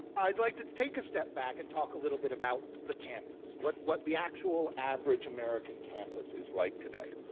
i'd like to take a step back and talk a little bit about the campus. what what the actual, average american campus is like today.